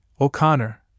O'Connor